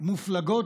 מופלגות